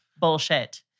bullshit